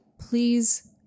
please